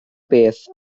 beth